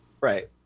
Right